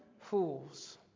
Fools